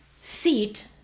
seat